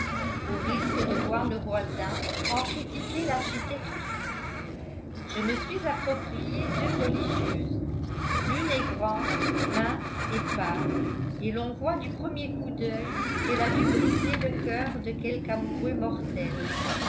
au risque de voir nos voisins en critiquer l'architecture je me suis approprié deux religieuses l'une est grande mince et pâle et l'on voit du premier coup d'œil qu'elle a dû briser le cœur de quelque amoureux mortel